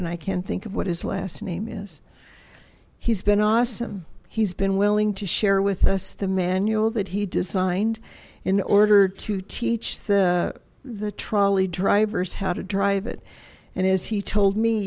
and i can think of what his last name is he's been awesome he's been willing to share with us the manual that he designed in order to teach the the trolley drivers how to drive it and as he told me